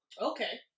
Okay